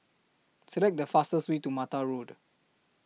Select The fastest Way to Mattar Road